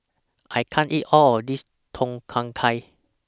I can't eat All of This Tom Kha Gai